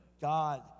God